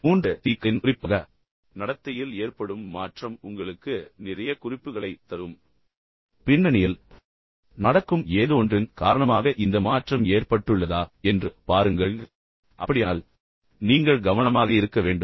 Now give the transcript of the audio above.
மூன்று சி களின் குறிப்பாக நடத்தையில் ஏற்படும் மாற்றம் உங்களுக்கு நிறைய குறிப்புகளைத் தரும் என்பதை நினைவில் கொள்ளுங்கள் ஆனால் அதே நேரத்தில் பின்னணியில் நடக்கும் ஏதோவொன்றின் காரணமாக இந்த மாற்றம் ஏற்பட்டுள்ளதா என்று பாருங்கள் அப்படியானால் நீங்கள் மிகவும் கவனமாக இருக்க வேண்டும்